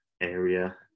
area